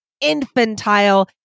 infantile